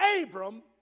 Abram